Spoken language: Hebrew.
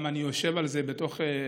אני גם יושב על זה בתוך המשרד.